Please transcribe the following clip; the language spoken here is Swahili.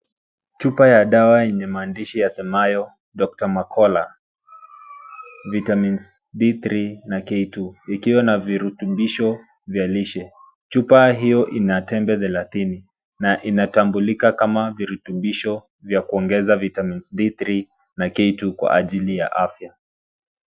Chupa ya dawa yenye maandishi yasemayo cs[Doctor Mercola, Vitamins D3]cs na cs[K2]cs ikiwa na virutubisho vya lishe. Chupa hiyo ina tembe thelathini na inatambulika kama virutubisho vya kuongeza cs[vitamins D3]cs na cs[K2]cs kwa ajili ya afya.